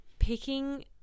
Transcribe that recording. Picking